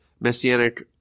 messianic